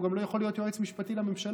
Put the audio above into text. והוא גם לא יכול להיות יועץ משפטי לממשלה.